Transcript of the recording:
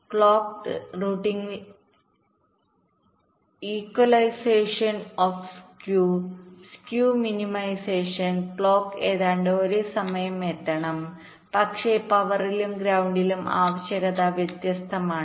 clocked റൂട്ടിംഗിൽ equalisation of skew skew minimisation clock ഏതാണ്ട് ഒരേ സമയം എത്തണം പക്ഷേ പവറിലും ഗ്രൌണ്ടിലും ആവശ്യകത വ്യത്യസ്തമാണ്